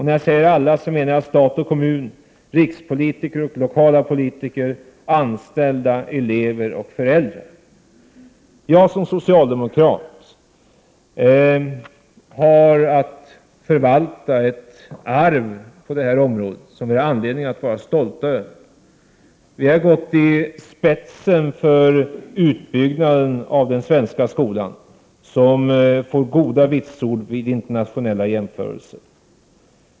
När jag säger alla menar jag stat och kommun, rikspolitiker och lokala politiker, anställda, elever och föräldrar. Jag som socialdemokrat har att förvalta ett arv på detta område som vi har anledning att vara stolta över. Vi har gått i spetsen för utbyggnaden av den svenska skolan, som får goda vitsord vid internationella jämförelser.